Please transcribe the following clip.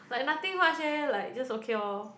like nothing much eh like just okay lor